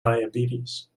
diabetes